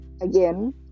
again